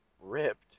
ripped